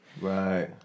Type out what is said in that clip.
Right